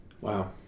Wow